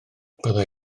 byddai